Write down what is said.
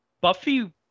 Buffy